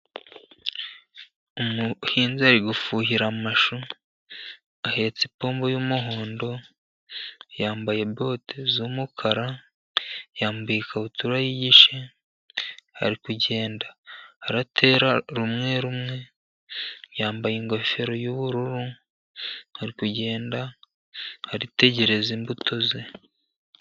Umuhinzi ari gufuhira amashu, ahetse ipombo y'umuhondo, yambaye bote z'umukara, yambaye ikabutura y'igice, ari kugenda atera rumwe rumwe, yambaye ingofero y'ubururu, ari kugenda aritegereza imbuto ze.